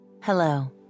Hello